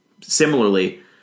Similarly